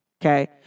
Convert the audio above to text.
Okay